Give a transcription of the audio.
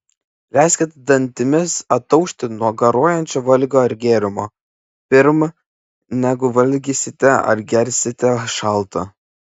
leiskit dantims ataušti nuo garuojančio valgio ar gėrimo pirm negu valgysite ar gersite šaltą